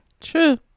True